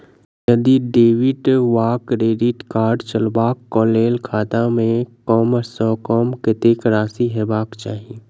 यदि डेबिट वा credit card चलबाक कऽ लेल खाता मे कम सऽ कम कत्तेक राशि हेबाक चाहि?